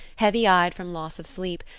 heavy eyed from loss of sleep,